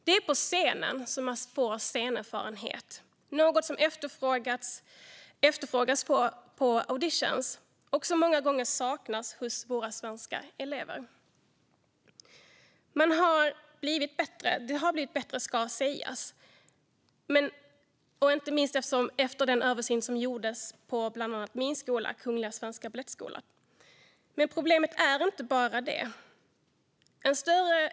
Det är på scenen man får scenerfarenhet, något som efterfrågas på audition men som många gånger saknas hos våra svenska elever. Det har blivit bättre, ska sägas, inte minst efter att en översyn gjordes - bland annat på min skola, Kungliga Svenska balettskolan. Men det är inte det enda problemet.